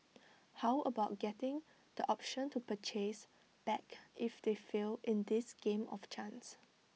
how about getting the option to purchase back if they fail in this game of chance